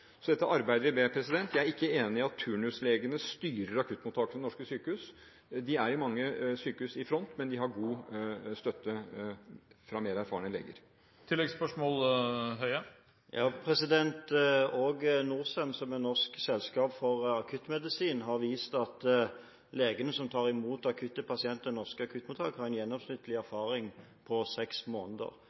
Så dette arbeider vi med. Jeg er ikke enig i at turnuslegene styrer akuttmottakene ved norske sykehus. De er ved mange sykehus i front, men de har god støtte fra mer erfarne leger. Også NORSEM, Norsk Selskap for Akuttmedisin, har vist at legene som tar imot akuttpasienter ved norske akuttmottak, har en gjennomsnittlig erfaring på seks måneder.